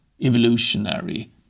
evolutionary